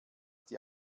die